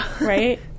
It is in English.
Right